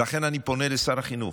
ולכן אני פונה לשר החינוך: